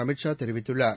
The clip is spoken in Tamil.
அமித் ஷா தெரிவித்துள்ளார்